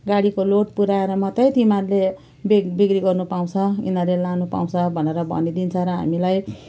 गाडीको लोड पुर्याएर मात्र तिमीहरूले बिक बिक्री गर्नु पाउँछ यिनीहरूले लानु पाउँछ भनेर भनिदिन्छ र हामीलाई